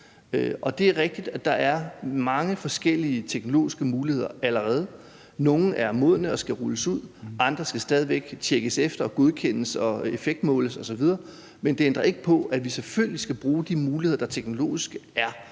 Og det er rigtigt, at der er mange forskellige teknologiske muligheder allerede. Nogle er modne og skal rulles ud, andre skal stadig væk tjekkes efter og godkendes og effektmåles osv. Men det ændrer ikke på, at vi selvfølgelig skal bruge de muligheder, der teknologisk er.